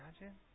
imagine